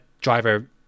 driver